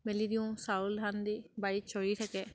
মেলি দিওঁ চাউল ধানদি বাৰীত চৰি থাকে